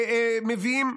מביאים,